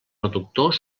reductor